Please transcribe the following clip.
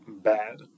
Bad